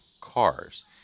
cars